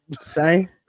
Say